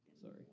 Sorry